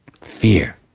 Fear